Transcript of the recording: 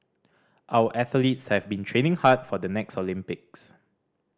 our athletes have been training hard for the next Olympics